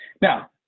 Now